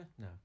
no